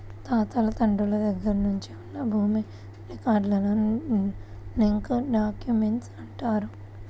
తాతలు తండ్రుల దగ్గర నుంచి ఉన్న భూమి రికార్డులను లింక్ డాక్యుమెంట్లు అంటారు